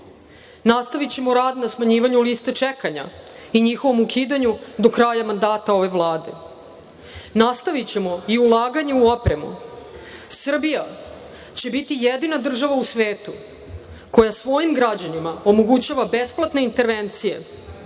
Nastavićemo rad na smanjivanju liste čekanja i njihovom ukidanju do kraja mandata ove Vlade. Nastavićemo i ulaganje u opremu. Srbija će biti jedina država u svetu koja svojim građanima omogućava besplatne intervencije